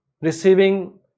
receiving